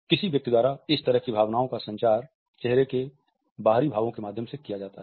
किसी व्यक्ति द्वारा इस तरह की भावना का संचार चेहरे के बाहरी भावों के माध्यम से किया जाता है